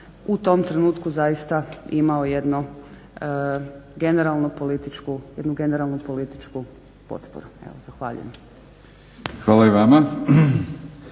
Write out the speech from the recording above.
u tom trenutku zaista imao jednu generalnu političku potporu. Evo zahvaljujem. **Batinić,